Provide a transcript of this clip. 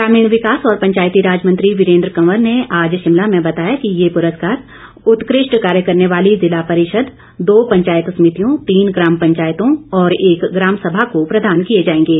ग्रामीण विकास और पंचायती राज मंत्री वीरेंद्र कंवर ने आज शिमला में बताया कि ये पुरस्कार उत्कृष्ट कार्य करने वाली जिला परिषद दो पंचायत समितियों तीन ग्राम पंचायतों और एक ग्रेाम सभा को प्रदान किए जांएगे